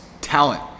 talent